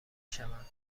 شوند